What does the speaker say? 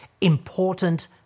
important